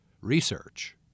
research